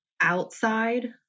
outside